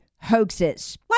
hoaxes